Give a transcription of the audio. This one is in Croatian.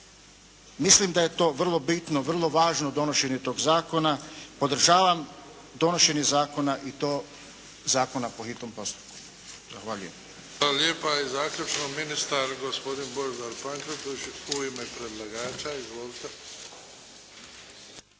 Mislim da je to vrlo bitno, vrlo važno donošenje tog Zakona. Podržavam donošenje Zakona i to Zakona po hitnom postupku. Zahvaljujem.